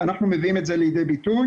ואנחנו מביאים את זה לידי ביטוי,